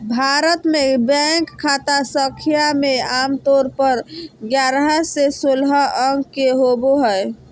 भारत मे बैंक खाता संख्या मे आमतौर पर ग्यारह से सोलह अंक के होबो हय